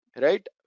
right